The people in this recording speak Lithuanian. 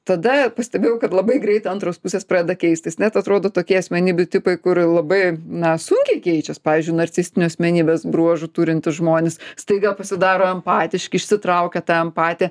tada pastebėjau kad labai greit antros pusės pradeda keistis net atrodo tokie asmenybių tipai kur labai na sunkiai keičias pavyzdžiui narcistinių asmenybės bruožų turintys žmonės staiga pasidaro empatiški išsitraukia tą empatiją